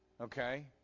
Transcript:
Okay